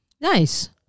Nice